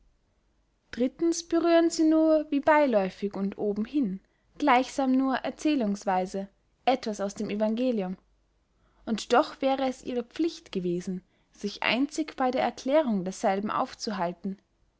drittens berühren sie nur wie beyläufig und obenhin gleichsam nur erzehlungsweise etwas aus dem evangelium und doch wär es ihre pflicht gewesen sich einzig bey der erklärung desselben aufzuhalten